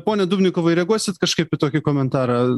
pone dubnikovai reaguosit kažkaip tokį komentarą